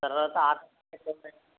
తరువాత